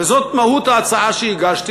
וזאת מהות ההצעה שהגשתי.